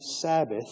Sabbath